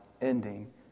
ending